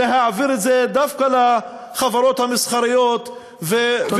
להעביר את זה דווקא לחברות המסחריות, תודה רבה.